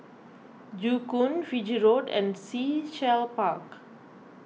Joo Koon Fiji Road and Sea Shell Park